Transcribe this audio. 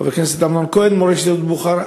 חבר הכנסת אמנון כהן את מורשת יהדות בוכרה,